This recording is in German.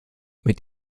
mit